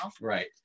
Right